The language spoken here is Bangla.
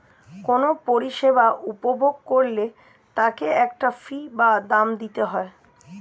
কোনো পরিষেবা উপভোগ করলে তার একটা ফী বা দাম দিতে হয়